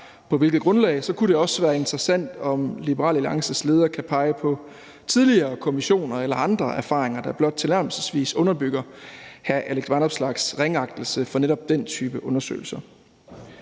på hvilket grundlag, kunne det også være interessant, om Liberal Alliances leder kan pege på tidligere kommissioner eller andre erfaringer, der blot tilnærmelsesvis underbygger hr. Alex Vanopslaghs ringeagtelse for netop den type undersøgelser.